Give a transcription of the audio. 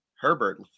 Herbert